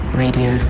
radio